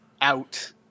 out